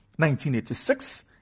1986